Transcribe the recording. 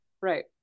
right